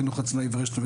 החינוך העצמאי והרשת ..